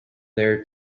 there